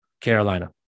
Carolina